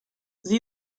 sie